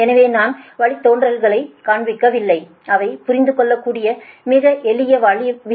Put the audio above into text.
எனவேநான் வழித்தோன்றல்களைக் காண்பிக்கவில்லை அவை புரிந்துகொள்ளக்கூடிய மிக எளிய விஷயம்